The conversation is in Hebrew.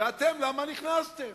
ואתם, למה נכנסתם?